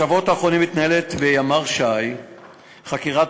בשבועות האחרונים מתנהלת בימ"ר ש"י חקירת